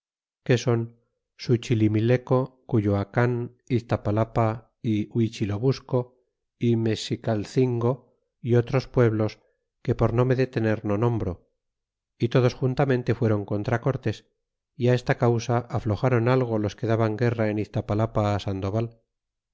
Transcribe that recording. que son suchilimileco cuyoacan iztapalapa é huichilobusco y mexicalcingo é otros pueblos que por no me detener no nombro y todos juntamente fueron contra cortés y esta causa afloxron algo los que daban guerra en iztapalapa sandoval